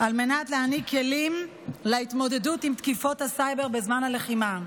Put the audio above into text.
להעניק כלים להתמודדות עם תקיפות הסייבר בזמן הלחימה.